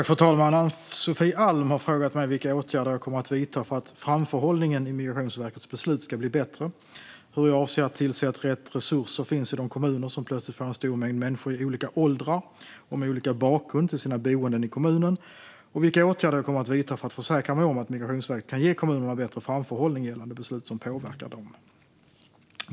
Fru talman! har frågat mig vilka åtgärder jag kommer att vidta för att framförhållningen i Migrationsverkets beslut ska bli bättre, hur jag avser att tillse att rätt resurser finns i de kommuner som plötsligt får en stor mängd människor i olika åldrar och med olika bakgrund till sina boenden i kommunen och vilka åtgärder jag kommer att vidta för att försäkra mig om att Migrationsverket kan ge kommunerna bättre framförhållning gällande beslut som påverkar dem.